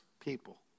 people